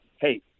hey